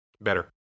better